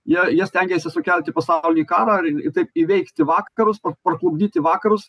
jie jie stengiasi sukelti pasaulinį karą ir ir taip įveikti vakarus parklupdyti vakarus